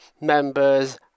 members